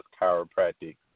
chiropractic